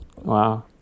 Wow